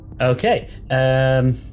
Okay